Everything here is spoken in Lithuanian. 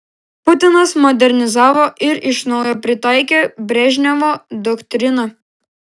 putinas modernizavo ir iš naujo pritaikė brežnevo doktriną